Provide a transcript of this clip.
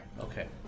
Okay